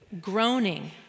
Groaning